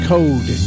Code